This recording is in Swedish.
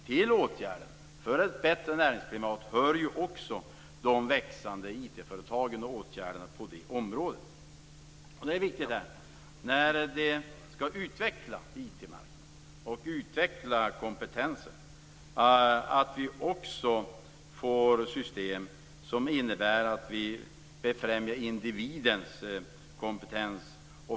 Till ett bättre näringsklimat hör också de växande IT-företagen och åtgärder på det området. När vi skall utveckla IT-marknaden och kompetensen är det viktigt att vi får system som innebär att vi främjar individens kompetens.